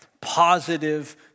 positive